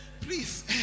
please